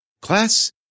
Class